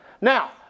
Now